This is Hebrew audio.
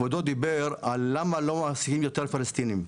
כבודו דיבר על למה לא מעסיקים יותר פלסטינים.